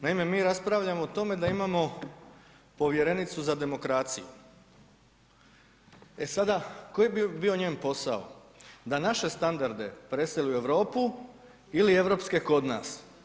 Naime, mi raspravljamo o tome da imamo povjerenicu za demokraciju, e sada koji bi bio njen posao, da naše standarde preseli u Europu ili europske kod nas?